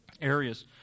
areas